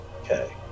Okay